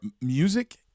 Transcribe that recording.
music